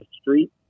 street